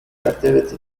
activity